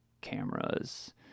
cameras